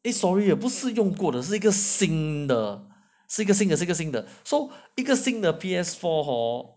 eh sorry 不是用过的是一个新的新的新的新的 so 一个新的 P_S four hor